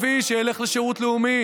במקביל לצעיר ערבי שילך לשירות לאומי,